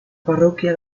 parroquia